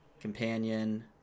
Companion